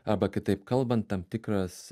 arba kitaip kalbant tam tikras